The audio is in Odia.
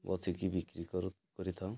ବସିକି ବିକ୍ରି କରୁ କରିଥାଉଁ